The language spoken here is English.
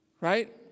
right